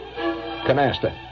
canasta